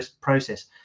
process